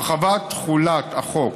הרחבת תחולת החוק